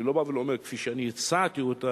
אני לא בא ולא אומר: כפי שאני הצעתי אותה,